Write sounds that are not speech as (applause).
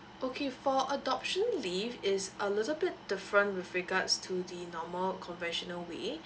okay for adoption leave is a little bit different with regards to the normal conventional way (breath)